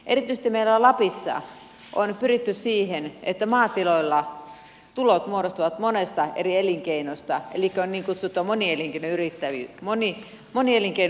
erityisesti meillä lapissa on pyritty siihen että maatiloilla tulot muodostuvat monesta eri elinkeinosta elikkä on niin kutsuttua monielinkeinotaloutta